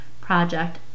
project